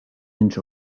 inch